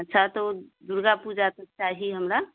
अच्छा तऽ ओ दुर्गापूजा पर चाही हमरा